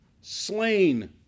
slain